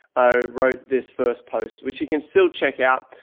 i wrote this first post, which you can still check out.